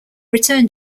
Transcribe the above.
return